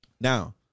Now